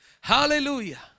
Hallelujah